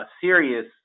serious